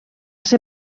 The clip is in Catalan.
ser